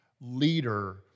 leader